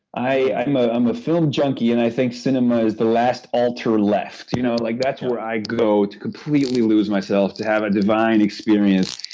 i'm ah i'm a film junkie and i think cinema is the last alter left, you know, like that's where i go to completely lose myself to have a divine experience.